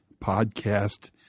podcast